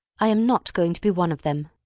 i am not going to be one of them.